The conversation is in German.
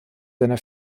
seiner